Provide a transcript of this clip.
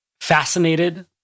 fascinated